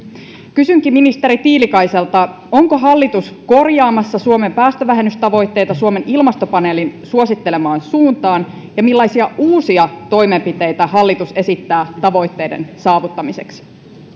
kysynkin ministeri tiilikaiselta onko hallitus korjaamassa suomen päästövähennystavoitteita suomen ilmastopaneelin suosittelemaan suuntaan ja millaisia uusia toimenpiteitä hallitus esittää tavoitteiden saavuttamiseksi